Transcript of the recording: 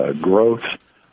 growth